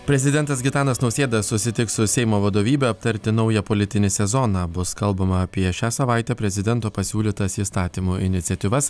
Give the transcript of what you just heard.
prezidentas gitanas nausėda susitiks su seimo vadovybe aptarti naują politinį sezoną bus kalbama apie šią savaitę prezidento pasiūlytas įstatymo iniciatyvas